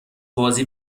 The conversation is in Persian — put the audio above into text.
بازی